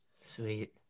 sweet